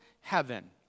heaven